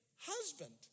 husband